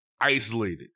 isolated